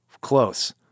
Close